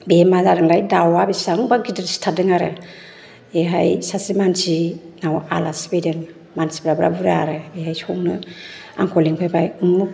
बे मा जादोंलाय दाउवा बेसेबांबा गिदिर सिथारदों आरो बेहाय सासे मानसिनाव आलासि फैदों मानसिफ्रा बिराथ बुरजा आरो बेहाय संनो आंखौ लेंफैबाय उमुख